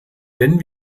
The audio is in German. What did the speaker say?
denn